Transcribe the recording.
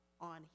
on